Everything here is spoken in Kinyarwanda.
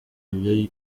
ibyo